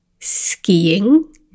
skiing